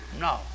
no